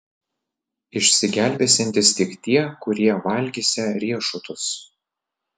išsigelbėsiantys tik tie kurie valgysią riešutus